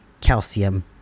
calcium